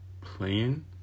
playing